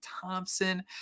Thompson